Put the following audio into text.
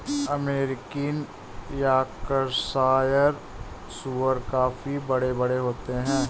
American Yorkshire सूअर काफी बड़े बड़े होते हैं